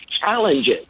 challenges